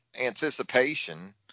anticipation